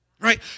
Right